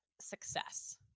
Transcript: success